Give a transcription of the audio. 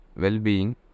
well-being